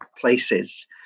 places